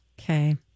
Okay